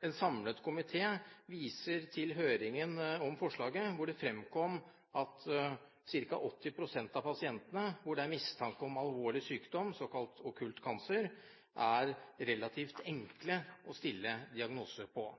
En samlet komité viser til høringen om forslaget, hvor det fremkom at ca. 80 pst. av pasientene hvor det er mistanke om alvorlig sykdom, såkalt okkult cancer, er relativt enkle å stille diagnose på,